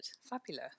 Fabulous